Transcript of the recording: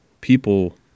people